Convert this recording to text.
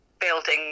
building